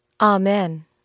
Amen